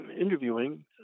interviewing